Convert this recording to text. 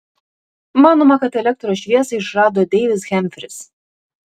manoma kad elektros šviesą išrado deivis hemfris